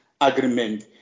agreement